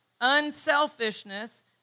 unselfishness